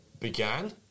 began